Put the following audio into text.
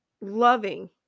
loving